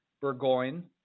Burgoyne